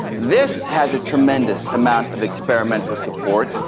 this has a tremendous amount of experimental support.